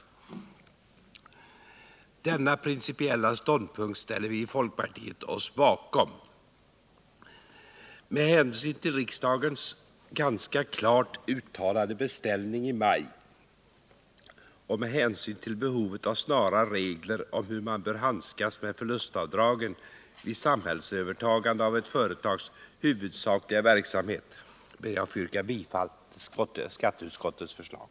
Denna principiella ståndpunkt ställer vi i folkpartiet oss bakom. Med hänsyn till riksdagens ganska klart uttalade beställning i maj och med 35 hänsyn till behovet av snara regler om hur man bör handskas med förlustavdragen vid samhällsövertagande av ett företags huvudsakliga verksamhet ber jag att få yrka bifall till skatteutskottets förslag.